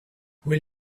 will